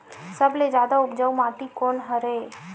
सबले जादा उपजाऊ माटी कोन हरे?